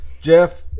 Jeff